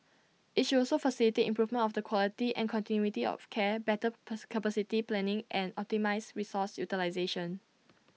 IT should also facilitate improvement of the quality and continuity of care better pass capacity planning and optimise resource utilisation